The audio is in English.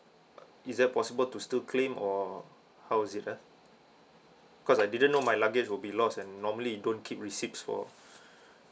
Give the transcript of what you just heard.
is it possible to still claim or how is it ah cause I didn't know my luggage will be lost and normally don't keep receipts for